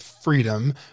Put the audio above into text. freedom